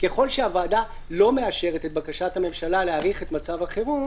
ככל שהוועדה לא מאשרת את בקשת הממשלה להאריך את מצב החירום,